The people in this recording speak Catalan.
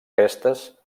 crestes